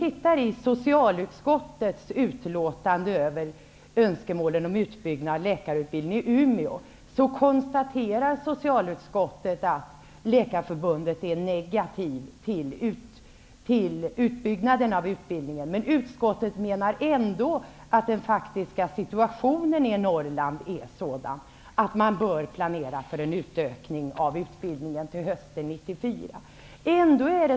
I socialutskottets utlåtande över önskemålen om en utbyggnad av läkarutbildningen i Umeå konstaterar socialutskottet att man inom Läkarförbundet är negativt inställd till utbyggnaden av utbildningen, men utskottet menar ändå att den faktiska situationen i Norrland är sådan att man bör planera för en utökning av utbildningen till hösten 1994.